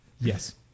yes